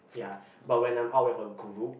ya but when I'm out with a guru